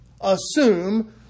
assume